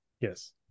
Yes